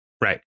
right